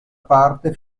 parte